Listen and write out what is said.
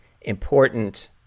important